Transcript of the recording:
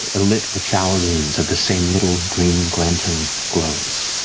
and alit with thousands of the same little, green lantern glows.